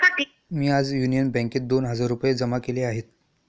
मी आज युनियन बँकेत दोन हजार रुपये जमा केले आहेत